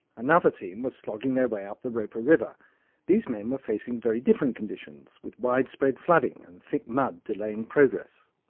another team was slogging their way up the roper river these men were facing very different conditions with widespread flooding and thick mud delaying progress.